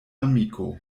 amiko